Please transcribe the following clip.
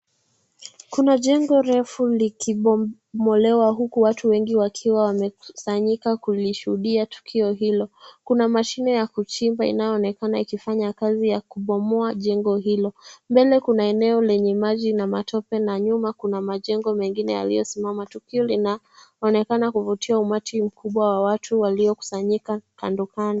Kuna jengo refu likibomolewa huku watu wengi wakiwa wamekusanyika kulishuhudia tukio hilo .Kuna mashine ya kuchimba inayoonekana ikifanya kazi ya kubomoa jengo hilo. Mbele kuna eneo lenye maji na matope na nyuma kuna majengo mengine yaliyosimama. Tukio linaonekana kuvutia umati mkubwa wa watu waliokusanyika kando kando.